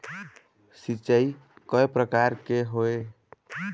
सिचाई कय प्रकार के होये?